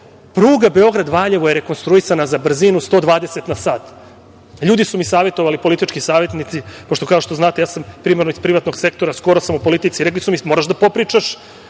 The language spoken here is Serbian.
Pruga Beograd-Valjevo je rekonstruisana za brzinu 120 na sat. Ljudi su mi savetovali, politički savetnici, pošto, kao što znate, ja sam primarno iz privatnog sektora, od skoro sam u politici, rekli su mi – moraš da popričaš